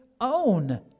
own